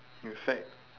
in fact